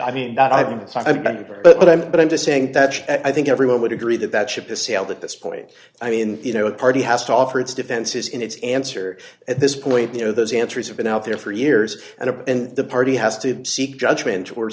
i mean that i've been but i'm but i'm just saying that i think everyone would agree that that ship has sailed at this point i mean you know the party has to offer its defenses in its answer at this point you know those answers have been out there for years and the party has to seek judgment or